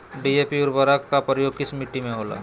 DAP उर्वरक का प्रयोग किस मिट्टी में होला?